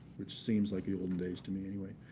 which seems like the olden days to me, anyway